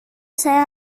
saya